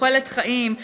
בתוחלת חיים,